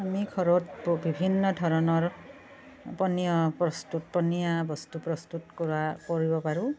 আমি ঘৰত বিভিন্ন ধৰণৰ পনীয় প্ৰস্তুত পনীয়া বস্তু প্ৰস্তুত কৰা কৰিব পাৰো